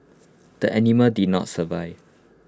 the animal did not survive